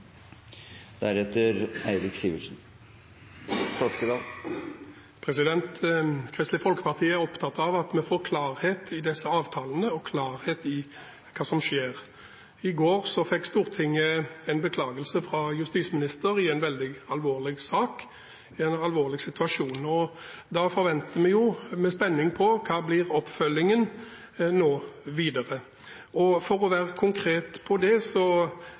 opptatt av at vi får klarhet i disse avtalene og klarhet i hva som skjer. I går fikk Stortinget en beklagelse fra justisministeren i en veldig alvorlig sak, i en alvorlig situasjon. Vi venter da med spenning på hva som nå blir oppfølgingen videre. For å være konkret: